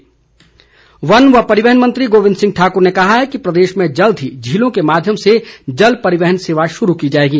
गोविंद सिंह वन व परिवहन मंत्री गोविंद ठाकुर ने कहा है कि प्रदेश में जल्द ही झीलों के माध्यम से जल परिवहन सेवा शुरू की जाएगी